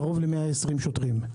קרוב ל-120 שוטרים.